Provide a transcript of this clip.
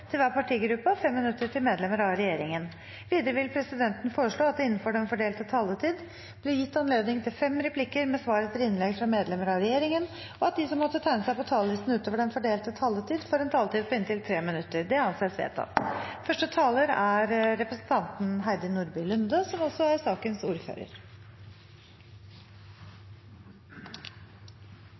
til hver partigruppe og 5 minutter til medlemmer av regjeringen. Videre vil presidenten foreslå at det – innenfor den fordelte taletid – blir gitt anledning til fem replikker med svar etter innlegg fra medlemmer av regjeringen, og at de som måtte tegne seg på talerlisten utover den fordelte taletid, får en taletid på inntil 3 minutter. – Det anses vedtatt. Som sakens ordfører